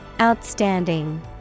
Outstanding